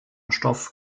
stoff